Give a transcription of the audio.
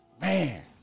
man